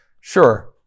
Sure